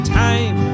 time